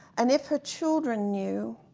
and if her children knew,